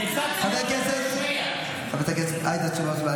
חברת הכנסת עאידה תומא סלימאן,